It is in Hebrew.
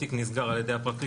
התיק נסגר על ידי הפרקליטות,